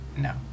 No